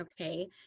Okay